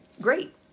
great